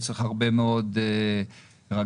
צריך הרבה מאוד רגליים